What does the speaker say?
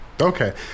Okay